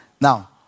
Now